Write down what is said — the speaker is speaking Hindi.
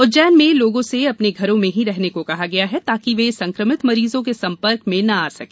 उज्जैन में लोगों से अपने घरों में ही रहने को कहा गया है ताकि वे संक्रमित मरीजों के संपर्क में न आ सके